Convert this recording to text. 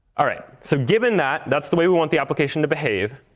all right. so given that that's the way we want the application to behave